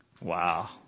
Wow